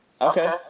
okay